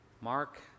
Mark